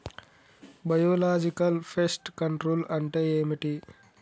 Biological pest control అంటే ఏమిటి?